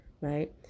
right